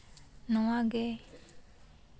ᱱᱚᱣᱟᱜᱮ